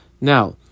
now